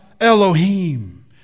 Elohim